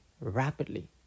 rapidly